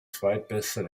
zweitbester